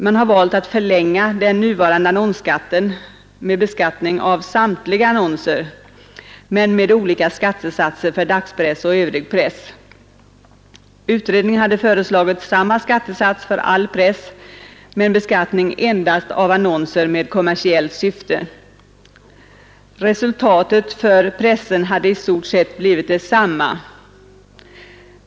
Man har valt att förlänga den nuvarande annonsskatten med beskattning av samtliga annonser men med olika skattesatser för dagspress och övrig press. Utredningen hade föreslagit samma skattesats för all press men beskattning endast av annonser med kommersiellt syfte. Resultatet hade för pressen i stort sett blivit detsamma.